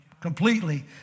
completely